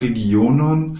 regionon